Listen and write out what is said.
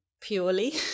purely